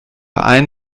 ein